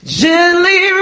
gently